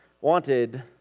wanted